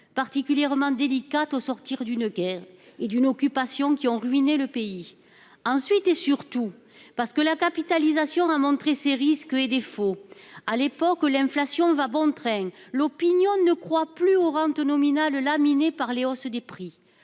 particulièrement délicates au lendemain d'une guerre et d'une occupation qui ont ruiné le pays. Ensuite et surtout, parce que la capitalisation a montré ses risques et défauts. À l'époque, l'inflation va bon train. L'opinion ne croit plus aux rentes nominales, laminées par la hausse des prix.